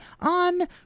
on